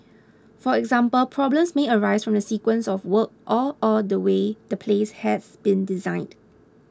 for example problems may arise from the sequence of works or or the way the place has been designed